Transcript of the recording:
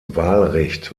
wahlrecht